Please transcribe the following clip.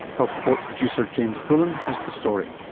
health report producer james bullen has the story.